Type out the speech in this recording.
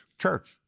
Church